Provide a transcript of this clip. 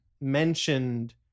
mentioned